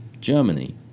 Germany